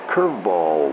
Curveball